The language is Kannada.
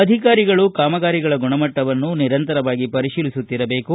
ಅಧಿಕಾರಿಗಳು ಕಾಮಗಾರಿಗಳ ಗುಣಮಟ್ಟವನ್ನು ನಿರಂತರವಾಗಿ ಪರಿಶೀಲಿಸುತ್ತಿರಬೇಕು